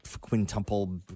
quintuple